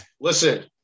Listen